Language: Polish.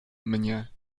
mnie